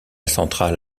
centrale